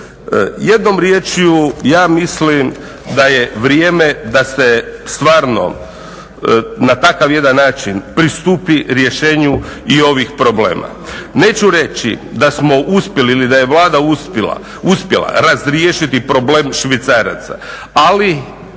Jednom riječju ja mislim da je vrijeme da se stvarno na takav jedan način pristupi rješenju i ovih problema. Neću reći da smo uspjeli ili da je Vlada uspjela razriješiti problem švicaraca ali